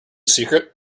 secret